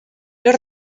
los